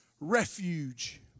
refuge